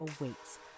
Awaits